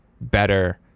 better